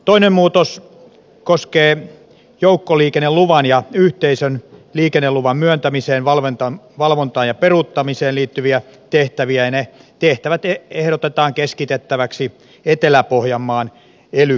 toinen muutos koskee joukkoliikenneluvan ja yhteisön liikenneluvan myöntämiseen valvontaan ja peruuttamiseen liittyviä tehtäviä ja ne tehtävät ehdotetaan keskitettäväksi etelä pohjanmaan ely keskukselle